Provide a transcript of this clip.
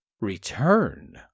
Return